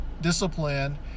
discipline